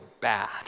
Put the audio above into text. bad